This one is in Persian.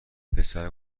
پسره